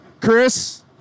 Chris